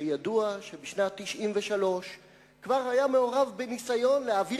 שידוע שבשנת 1993 כבר היה מעורב בניסיון להעביר